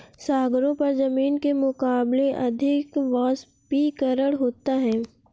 सागरों पर जमीन के मुकाबले अधिक वाष्पीकरण होता है